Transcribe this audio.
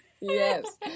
Yes